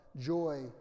joy